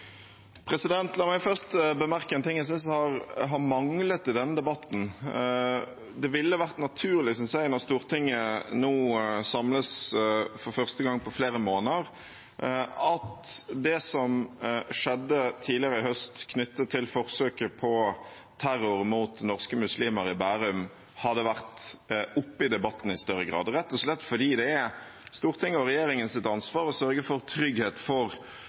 La meg først bemerke en ting jeg synes har manglet i denne debatten. Jeg synes det ville vært naturlig når Stortinget nå samles for første gang på flere måneder, at det som skjedde tidligere i høst knyttet til forsøket på terror mot norske muslimer i Bærum, i større grad hadde vært oppe i debatten, rett og slett fordi det er Stortinget og regjeringens ansvar å sørge for trygghet for